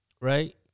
right